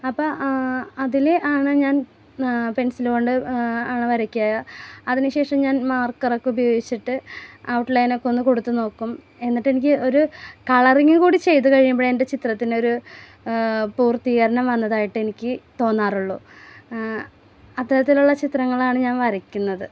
അപ്പം അതിൽ ആണ് ഞാൻ പെൻസിൽ കൊണ്ട് ആണ് വരയ്ക്കുക അതിന് ശേഷം ഞാൻ മാർക്കറൊക്കെ ഉപയോഗിച്ചിട്ട് ഔട്ട്ലൈൻ ഒക്കെ ഒന്ന് കൊടുത്തു നോക്കും എന്നിട്ട് എനിക്ക് ഒരു കളറിങ് കൂടി ചെയ്ത് കഴിയുമ്പോൾ എൻ്റെ ചിത്രത്തിനൊരു പൂർത്തികരണം വന്നതായിട്ട് എനിക്ക് തോന്നാറുള്ളു അത്തരത്തിലുള്ള ചിത്രങ്ങളാണ് ഞാൻ വരയ്ക്കുന്നത്